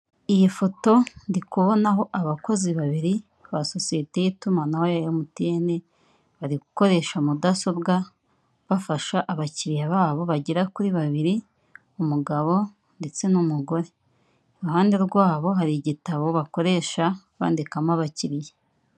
Iyi foto ndi kubonaho abakozi babiri, ba sosiyete y'itumanaho ya Emutiyeni. Bari gukoresha mudasobwa bafasha abakiriya babo bagera kuri babiri; umugabo ndetse n'umugore. Iruhande rwabo hari igitabo bakoresha bandikamo abakiriya.